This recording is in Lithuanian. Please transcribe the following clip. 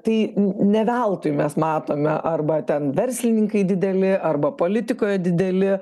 tai n ne veltui mes matome arba ten verslininkai dideli arba politikoje dideli